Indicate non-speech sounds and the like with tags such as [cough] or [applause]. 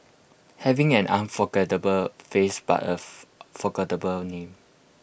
having an unforgettable face but A [unintelligible] forgettable name